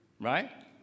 right